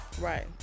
Right